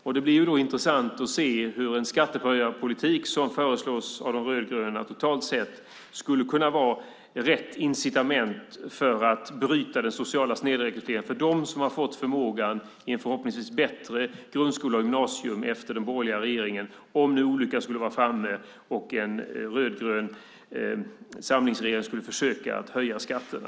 Det blir intressant att se hur den skattehöjningspolitik som föreslås av De rödgröna totalt sett skulle kunna vara rätt incitament för att bryta den sociala snedrekryteringen och rätt incitament för dem som har fått förmågan i en förhoppningsvis bättre grundskola och ett bättre gymnasium efter den borgerliga regeringen - om nu olyckan skulle vara framme och en rödgrön samlingsregering skulle försöka höja skatterna.